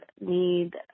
need